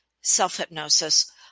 self-hypnosis